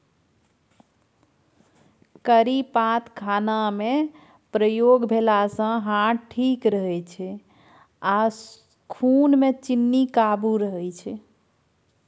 करी पात खानामे प्रयोग भेलासँ हार्ट ठीक रहै छै आ खुनमे चीन्नी काबू रहय छै